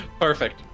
Perfect